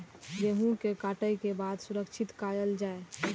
गेहूँ के काटे के बाद सुरक्षित कायल जाय?